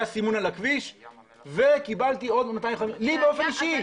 היה סימון על הכביש וקיבלתי - לי באופן אישי.